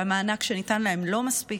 והמענק שניתן להן לא מספיק.